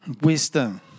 Wisdom